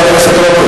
נדמה לי,